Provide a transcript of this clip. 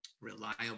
reliable